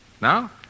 Now